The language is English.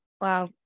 Wow